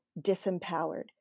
disempowered